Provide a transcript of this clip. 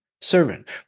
servant